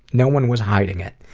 no one was hiding it.